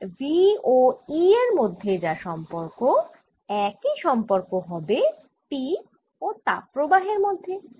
তাই V ও E এর মধ্যে যা সম্পর্ক একই সম্পর্ক হবে T ও তাপ প্রবাহের মধ্যে